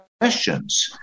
questions